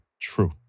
True